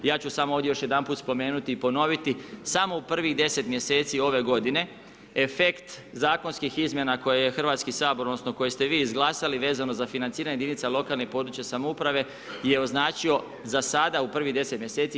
Ja ću samo ovdje još jedanput spomenuti i ponoviti, samo u prvih 10 mj. ove g. efekt zakonskih izmjena koje je Hrvatski sabor, odnosno, koje ste vi izglasali, vezano za financiranje jedinice lokalne i područne samouprave je označio za sada u prvih 10 mj.